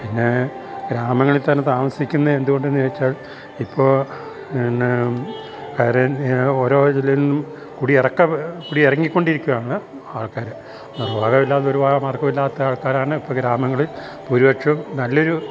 പിന്നെ ഗ്രാമങ്ങളിൽ തന്നെ താമസിക്കുന്ന എന്തുകൊണ്ടെന്ന് ചോദിച്ചാൽ ഇപ്പോൾ എന്നാ ഓരോ ജില്ലയിൽ നിന്നും കുടി ഇറക്കി കുടി ഇറങ്ങിക്കൊണ്ടിരിക്കുവാണ് ആൾക്കാർ നിർവാഗവില്ലാതെ ഒരുപാട് മാർഗവല്ലാത്ത ആൾക്കാരാണ് ഇപ്പം ഗ്രാമങ്ങളിൽ ഭൂരിപക്ഷം നല്ലൊരു